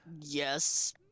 Yes